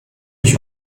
ich